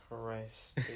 Christ